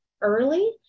early